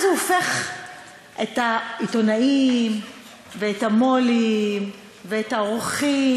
אז הוא הופך את העיתונאים ואת המו"לים ואת העורכים,